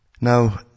Now